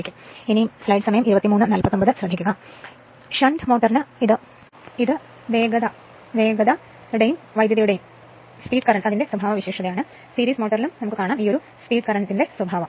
അങ്ങനെയാണെങ്കില് അതായത് ഷണ്ട് മോട്ടോറിന് ഇത് സ്പീഡ് കറന്റ് സ്വഭാവമാണ് സീരീസ് മോട്ടോറിന് ഇത് സ്പീഡ് കറന്റ് സ്വഭാവമാണ്